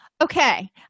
Okay